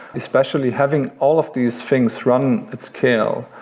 especially having all of these things run it scale,